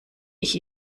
ich